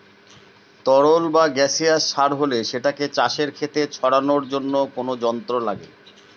তরল বা গাসিয়াস সার হলে সেটাকে চাষের খেতে ছড়ানোর জন্য কোনো যন্ত্র লাগে